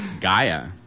Gaia